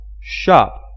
shop